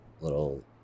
little